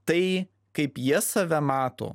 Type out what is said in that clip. tai kaip jie save mato